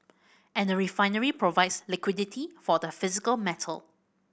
and a refinery provides liquidity for the physical metal